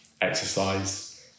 exercise